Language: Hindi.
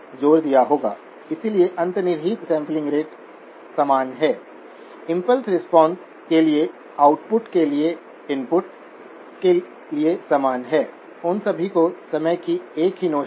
तो VGS 3 वोल्टस है और ऑपरेटिंग पॉइंट पर VDS 4 वोल्टस है और ड्रेन करंट ID यह 200 μA है